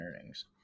earnings